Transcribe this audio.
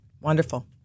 Wonderful